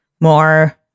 more